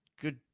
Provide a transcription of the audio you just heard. good